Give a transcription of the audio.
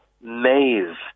maze